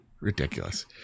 ridiculous